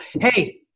hey